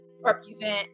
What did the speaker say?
represent